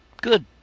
good